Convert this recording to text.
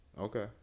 Okay